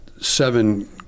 seven